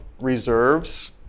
reserves